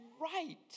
right